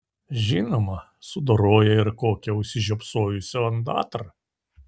žinoma sudoroja ir kokią užsižiopsojusią ondatrą